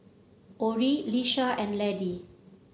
Orrie Lisha and Laddie